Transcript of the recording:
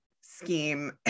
scheme